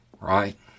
right